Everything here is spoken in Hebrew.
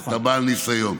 אתה בעל ניסיון.